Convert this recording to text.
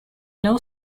know